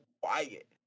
quiet